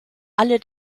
alle